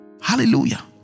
Hallelujah